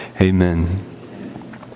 Amen